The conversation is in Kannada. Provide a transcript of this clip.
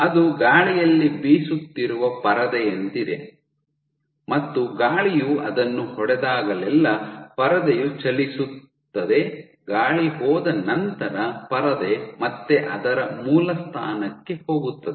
ಅದು ಗಾಳಿಯಲ್ಲಿ ಬೀಸುತ್ತಿರುವ ಪರದೆಯಂತಿದೆ ಮತ್ತು ಗಾಳಿಯು ಅದನ್ನು ಹೊಡೆದಾಗಲೆಲ್ಲಾ ಪರದೆಯು ಚಲಿಸುತ್ತದೆ ಗಾಳಿ ಹೋದ ನಂತರ ಪರದೆ ಮತ್ತೆ ಅದರ ಮೂಲ ಸ್ಥಾನಕ್ಕೆ ಹೋಗುತ್ತದೆ